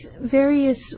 various